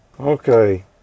Okay